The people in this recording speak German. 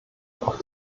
auf